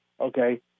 okay